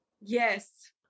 Yes